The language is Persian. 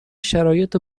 شرایط